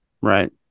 Right